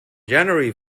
january